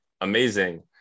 amazing